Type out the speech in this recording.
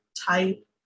type